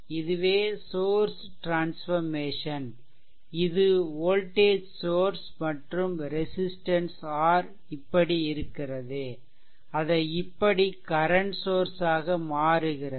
இதுவே source transformation இது voltage source மற்றும் ரெசிஸ்ட்டன்ஸ் R இப்படி இருக்கிறது அதை இப்படி கரன்ட் சோர்ஸ் ஆக மாறுகிறது